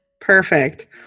Perfect